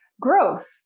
growth